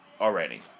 Already